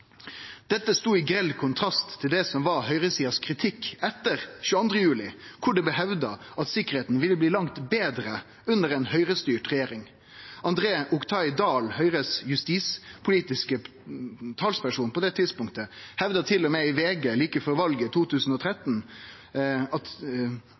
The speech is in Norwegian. Dette stod i grell kontrast til det som var kritikken frå høgresida etter 22. juli, der det blei hevda at sikkerheita ville bli langt betre under ei høgrestyrt regjering. André Oktay Dahl, justispolitisk talsperson for Høgre på det tidspunktet, hevda til og med i VG like før valet i